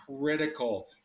critical